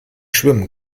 schwimmen